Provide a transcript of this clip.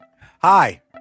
Hi